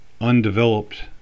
undeveloped